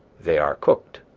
they are cooked,